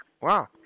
Wow